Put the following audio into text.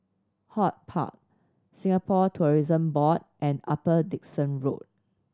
HortPark Singapore Tourism Board and Upper Dickson Road